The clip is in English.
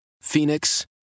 Phoenix